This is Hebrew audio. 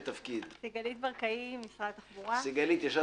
אני סיגלתי ברקאי, ממשרד התחבורה.